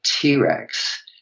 T-Rex